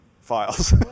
files